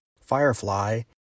Firefly